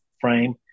frame